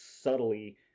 subtly